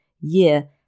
year